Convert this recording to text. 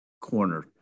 corner